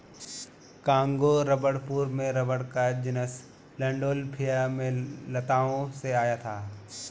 Congo rubber पूर्व में rubber का जीनस लैंडोल्फिया में लताओं से आया था